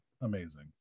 amazing